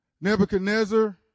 Nebuchadnezzar